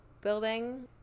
building